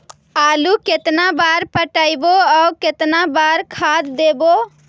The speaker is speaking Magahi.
आलू केतना बार पटइबै और केतना बार खाद देबै?